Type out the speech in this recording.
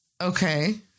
Okay